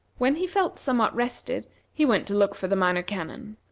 when he felt somewhat rested he went to look for the minor canon.